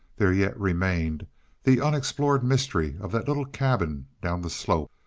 there yet remained the unexplored mystery of that little cabin down the slope,